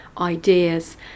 ideas